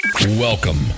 Welcome